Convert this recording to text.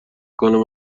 کنم